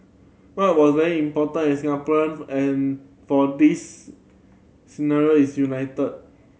what was very important as Singaporean and for this ceremony is unity